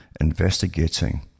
investigating